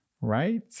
Right